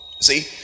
See